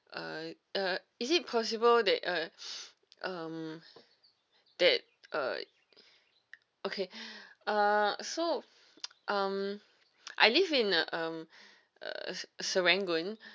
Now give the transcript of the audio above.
uh uh is it possible that uh um that uh okay uh so um I live in uh um serangoon